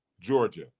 Georgia